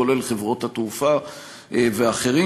כולל חברות התעופה ואחרים.